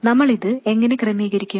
നമ്മൾ ഇത് എങ്ങനെ ക്രമീകരിക്കും